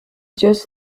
just